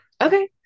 Okay